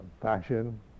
fashion